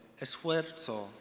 esfuerzo